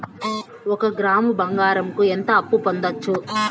ఒక గ్రాము బంగారంకు ఎంత అప్పు పొందొచ్చు